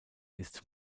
ist